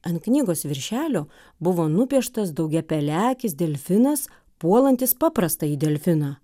ant knygos viršelio buvo nupieštas daugiapelekis delfinas puolantis paprastąjį delfiną